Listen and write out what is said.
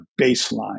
baseline